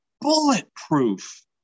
bulletproof